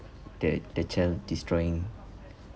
the the child destroying